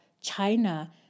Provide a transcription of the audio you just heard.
China